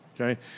Okay